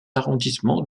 arrondissement